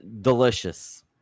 Delicious